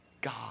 God